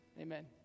Amen